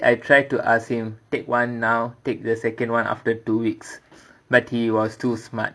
actually I tried to ask him take one now take the second one after two weeks but he was too smart